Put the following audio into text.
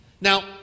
now